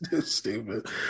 Stupid